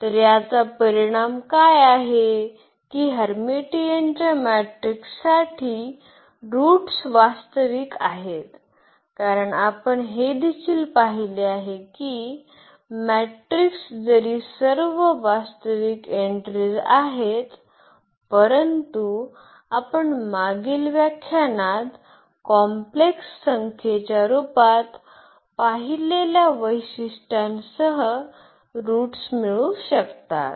तर याचा परिणाम काय आहे की हर्मीटियनच्या मॅट्रिकसाठी रूट्स वास्तविक आहेत कारण आपण हे देखील पाहिले आहे की मॅट्रिक्स जरी सर्व वास्तविक एन्ट्रीज आहेत परंतु आपण मागील व्याख्यानात कॉम्प्लेक्स संख्येच्या रूपात पाहिलेल्या वैशिष्ट्यांसह रूट्स मिळू शकतात